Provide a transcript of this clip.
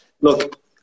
look